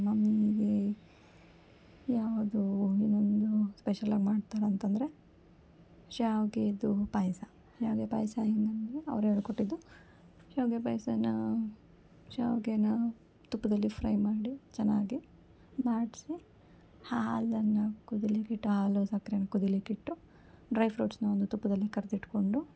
ಮಮ್ಮೀಗೆ ಯಾವುದು ಇನ್ನೊಂದು ಸ್ಪೆಷಲಾಗಿ ಮಾಡ್ತಾರೆ ಅಂತಂದರೆ ಶಾವಿಗೆದು ಪಾಯಸ ಶಾವಿಗೆ ಪಾಯಸ ಹೆಂಗೆ ಅಂದರೆ ಅವರೇ ಹೇಳ್ಕೊಟ್ಟಿದ್ದು ಶಾವಿಗೆ ಪಾಯಸನ ಶಾವಿಗೆನ ತುಪ್ಪದಲ್ಲಿ ಫ್ರೈ ಮಾಡಿ ಚೆನ್ನಾಗಿ ಲಾಡ್ಸಿ ಹಾಲನ್ನು ಕುದಿಲಿಕ್ಕೆ ಇಟ್ಟು ಆ ಹಾಲು ಸಕ್ರೆನ ಕುದಿಲಿಕ್ಕೆ ಇಟ್ಟು ಡ್ರೈ ಫ್ರೂಟ್ಸನ್ನ ಒಂದು ತುಪ್ಪದಲ್ಲಿ ಕರ್ದು ಇಟ್ಟುಕೊಂಡು